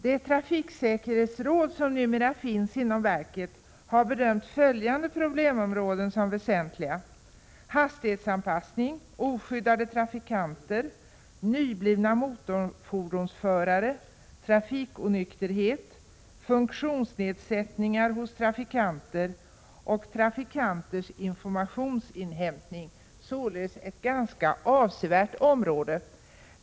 Det trafiksäkerhetsråd som numera finns inom verket har bedömt följande problemområden som väsentliga: hastighetsanpassning, oskyddade trafikanter, nyblivna motorfordonsförare, trafikonykterhet, funktionsnedsättningar hos trafikanter och trafikanters informationsinhämtning. Det är således ett avsevärt område.